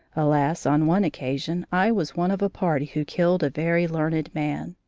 alas! on one occasion i was one of a party who killed a very learned man.